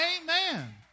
Amen